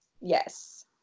Yes